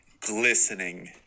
glistening